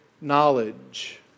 knowledge